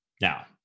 Now